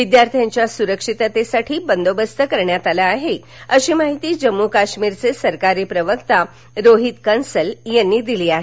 विद्यार्थ्यांच्या सुरक्षिततेसाठी बंदोबस्त करण्यात आला आहे अशी माहिती जम्मू काश्मीरचे सरकारी प्रवक्ता रोहित कंसल यांनी दिली आहे